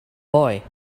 boy